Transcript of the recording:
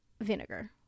vinegar